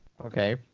Okay